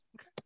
okay